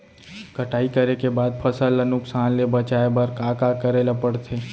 कटाई करे के बाद फसल ल नुकसान ले बचाये बर का का करे ल पड़थे?